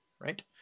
right